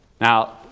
Now